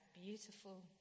beautiful